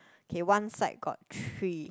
K one side got three